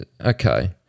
okay